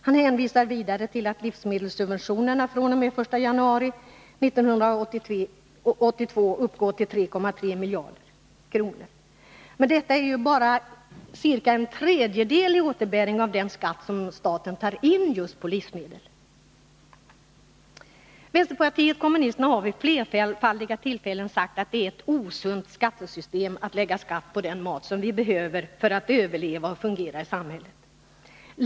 Han hänvisar vidare till att livsmedelssubventionerna fr.o.m. den 1 januari 1982 uppgår till 3,3 miljarder. Men detta är ju bara ca en tredjedel i återbäring av den skatt som staten tar in på just livsmedel. Vänsterpartiet kommunisterna har vid flerfaldiga tillfällen sagt att det är ett osunt skattesystem att lägga skatt på den mat som vi behöver för att överleva och fungera i samhället.